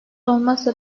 olmazsa